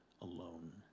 alone